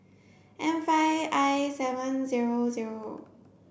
M five I seven zero zero